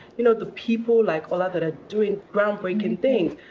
you know the people like ola that are doing groundbreaking things.